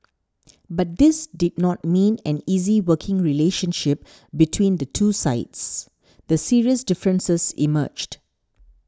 but this did not mean an easy working relationship between the two sides the serious differences emerged